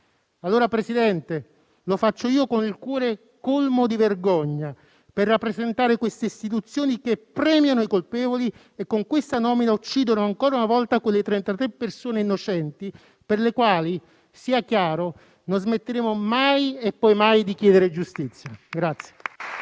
signor Presidente, lo faccio io, con il cuore colmo di vergogna per rappresentare queste istituzioni che premiano i colpevoli e che, con questa nomina, uccidono ancora una volta quelle 33 persone innocenti per le quali, sia chiaro, non smetteremo mai e poi mai di chiedere giustizia.